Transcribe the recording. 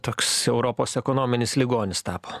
toks europos ekonominis ligonis tapo